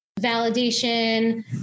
validation